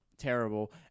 terrible